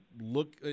look